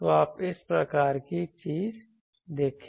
तो आप इस प्रकार की चीज देखें